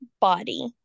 body